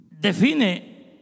Define